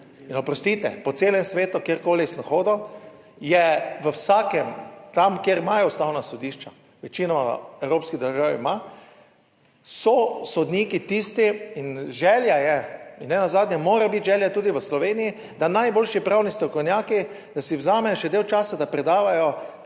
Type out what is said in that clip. In oprostite, po celem svetu, kjerkoli sem hodil je v vsakem, tam kjer imajo ustavna sodišča, večino evropskih držav ima, so sodniki tisti in želja je in nenazadnje mora biti želja tudi v Sloveniji, da najboljši pravni strokovnjaki, da si vzamejo še dalj časa, da predavajo,